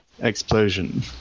explosion